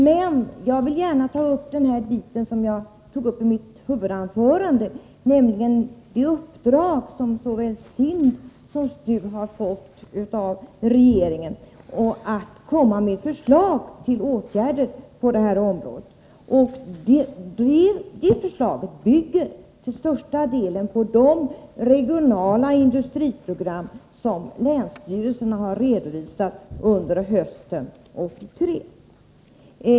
Men jag vill gärna ta upp en sak som jag berörde i mitt huvudanförande, nämligen det uppdrag som SIND och STU har fått av regeringen att komma med förslag till åtgärder på detta område. Förslaget bygger till största delen på de regionala industriprogram som länsstyrelserna har redovisat under hösten 1983.